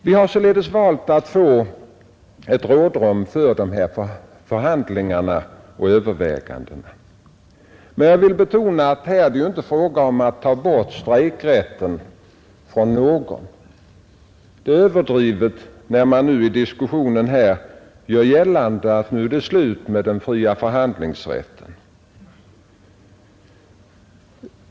Vi har således valt att få ett rådrum för de här förhandlingarna och övervägandena. Men jag vill betona att det ju inte är fråga om att ta bort strejkrätten för någon. Det är överdrivet när man nu i diskussionen gör gällande att det är slut med den fria förhandlingsrätten.